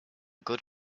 good